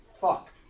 Fuck